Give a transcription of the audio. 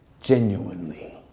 genuinely